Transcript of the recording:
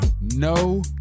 No